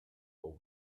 will